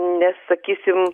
nes sakysim